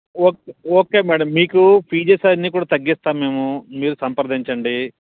okay okay madam మీకు fees అవన్నీ కూడా తగ్గిస్తాము మేము మీరు సంప్రదించండి